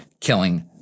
killing